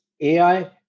AI